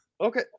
Okay